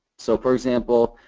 so for example,